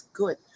good